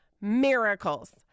miracles